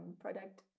product